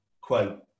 quote